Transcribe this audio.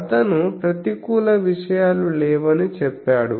అతను ప్రతికూల విషయాలు లేవని చెప్పాడు